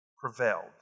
prevailed